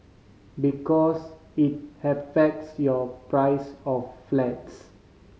because it affects your price of flats